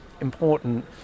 important